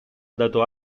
dato